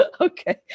Okay